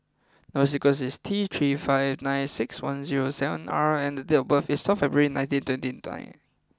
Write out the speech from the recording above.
number sequence is T three five nine six one zero seven R and date of birth is twelve February nineteen twenty nine